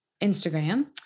Instagram